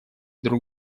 друг